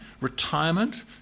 retirement